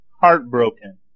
heartbroken